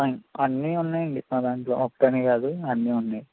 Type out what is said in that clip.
అన్నీ ఉన్నాయండి మా దాంట్లో ఒక్కటనే కాదు అన్ని ఉన్నాయి